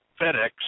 FedEx